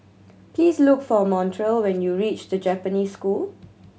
please look for Montrell when you reach The Japanese School